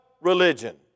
religion